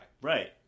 Right